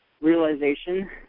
realization